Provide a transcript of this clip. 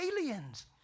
aliens